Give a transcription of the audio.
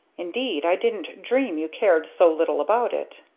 indeed i didn't dream you cared so little about it.